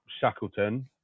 shackleton